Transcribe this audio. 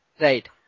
Right